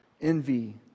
envy